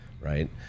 right